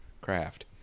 craft